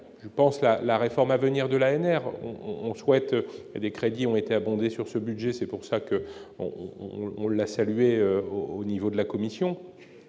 je pense la la réforme à venir de l'ANR on on souhaite des crédits ont été abondé sur ce budget, c'est pour ça que, on l'a salué, au niveau de la Commission,